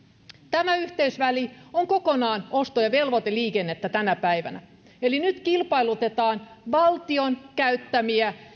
tämä yhteysväli on kokonaan osto ja velvoiteliikennettä tänä päivänä eli nyt kilpailutetaan valtion käyttämiä